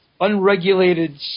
unregulated